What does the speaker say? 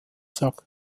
sack